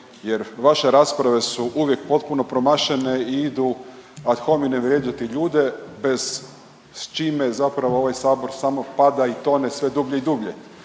jer vaše rasprave su uvijek potpuno promašene i idu ad hominem vrijeđati ljude bez s čime zapravo ovaj Sabor samo pada i tone sve dublje i dublje.